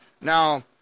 Now